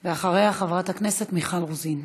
אחריה, חברת הכנסת מיכל רוזין.